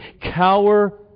cower